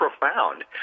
profound